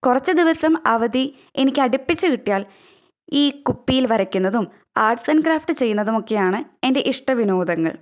കുറച്ച് ദിവസം അവധി എനിക്ക് അടിപ്പിച്ചു കിട്ടിയാൽ ഈ കുപ്പിയിൽ വരയ്ക്കുന്നതും ആർട്സ് ആൻഡ് ക്രാഫ്റ്റ് ചെയ്യുന്നതുമൊക്കെയാണ് എൻ്റെ ഇഷ്ട വിനോദങ്ങൾ